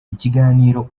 ikiganiro